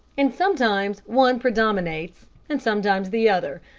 and sometimes one predominates, and sometimes the other.